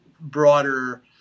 broader